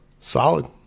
Solid